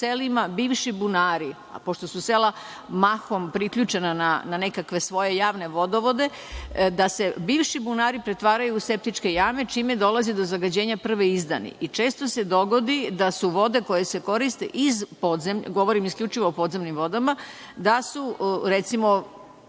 da se u selima bivši bunari, pošto su sela mahom priključena na nekakve svoje javne vodovode, da se bivši bunari pretvaraju u septičke jame, čime dolazi do zagađenja prve izdani. Često se dogodi da su vode koje se koriste, govorim isključivo o podzemnim vodama, da su recimo,